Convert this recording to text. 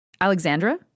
Alexandra